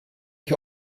ich